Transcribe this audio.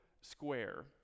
square